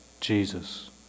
Jesus